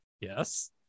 Yes